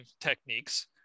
techniques